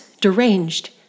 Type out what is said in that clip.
deranged